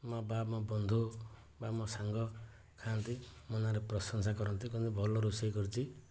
ମୋ ବା ମୋ ବନ୍ଧୁ ବା ମୋ ସାଙ୍ଗ ଖାଆନ୍ତି ମୋ ନାଁରେ ପ୍ରଶଂସା କରନ୍ତି କୁହନ୍ତି ଭଲ ରୋଷେଇ କରିଛି